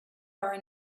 are